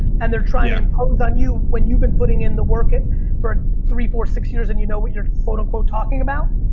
and they're trying to impose on you when you've been putting in the work for three, four, six years. and you know what you're quote unquote talking about?